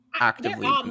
actively